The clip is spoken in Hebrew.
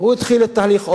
הוא התחיל את תהליך אוסלו,